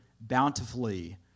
bountifully